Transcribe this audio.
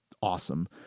awesome